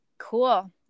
cool